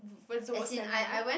went to a seminar